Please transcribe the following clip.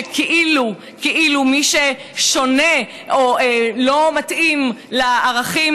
שכאילו מי ששונה או לא מתאים לערכים